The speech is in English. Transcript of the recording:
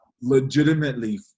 legitimately